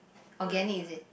organic is it